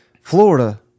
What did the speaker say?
Florida